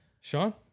Sean